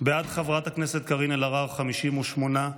בעד חברת הכנסת קארין אלהרר, 58,